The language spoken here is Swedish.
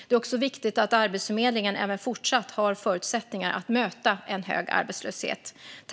Det är också viktigt att Arbetsförmedlingen även fortsatt har förutsättningar att möta en hög arbetslöshet.